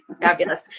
Fabulous